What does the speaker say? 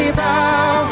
bow